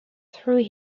through